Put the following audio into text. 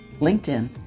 LinkedIn